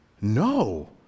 No